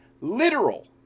literal